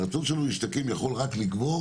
והרצון שלו להשתקם יכול רק לגבור